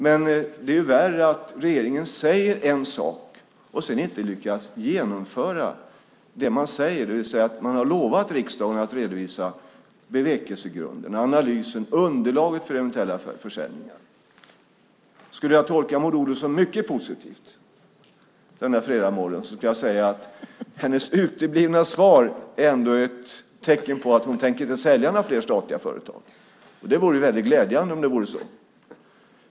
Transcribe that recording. Men det är värre, nämligen att regeringen säger en sak men inte lyckas genomföra det man säger. Man har lovat riksdagen att redovisa bevekelsegrunderna, analysen och underlaget för eventuella försäljningar. Skulle jag tolka Maud Olofsson mycket positivt denna fredagsmorgon skulle jag säga att hennes uteblivna svar ändå är ett tecken på att hon inte tänker sälja några fler statliga företag. Det vore väldigt glädjande om det vore så.